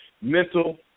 Mental